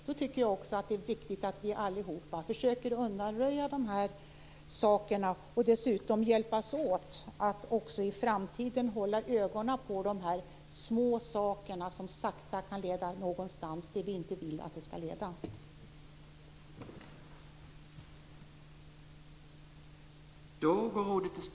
Det är också viktigt att vi allihop försöker undanröja dessa hinder och hjälpas åt att hålla ögonen på de små saker som sakta kan leda till något vi inte vill att de skall leda till .